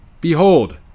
Behold